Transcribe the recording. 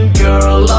girl